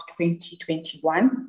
2021